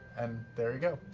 um there you go.